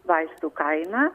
vaistų kainą